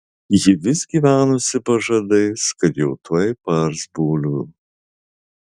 ji vis gyvenusi pažadais kad jau tuoj paars bulvių